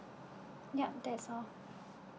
yup that's all